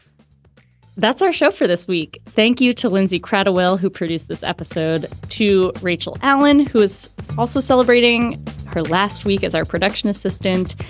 that's our show for this week. thank you to lindsey kratochvil, who produced this episode to rachel allen, who is also celebrating her last week as our production assistant.